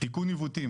תיקון עיוותים,